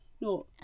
No